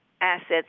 assets